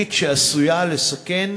תוכנית שעשויה לסכן